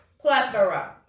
Plethora